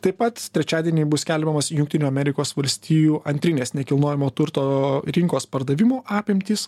taip pat trečiadienį bus skelbiamas jungtinių amerikos valstijų antrinės nekilnojamo turto rinkos pardavimų apimtys